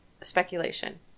speculation